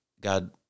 God